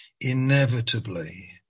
inevitably